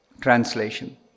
Translation